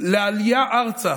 לעלייה ארצה,